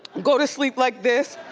go to sleep like this.